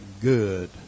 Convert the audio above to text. good